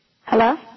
Hello